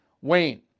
Wayne